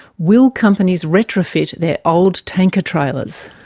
will companies retrofit their old tanker trailers?